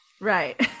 right